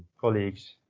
colleagues